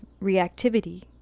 reactivity